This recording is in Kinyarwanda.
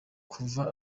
kuva